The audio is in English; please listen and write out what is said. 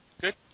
good